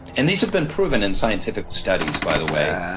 and these have been proven in scientific studies, by the way,